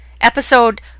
episode